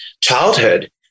childhood